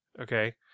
okay